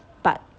but